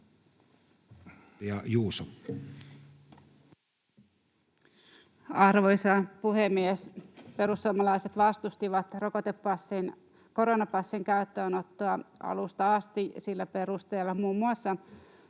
Juuso. Arvoisa puhemies! Perussuomalaiset vastustivat rokotepassin, koronapassin, käyttöönottoa alusta asti muun muassa